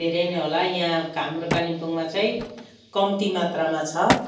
धेरै नै होला यहाँ हाम्रो कालिम्पोङमा चाहिँ कम्ती मात्रामा छ